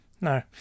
No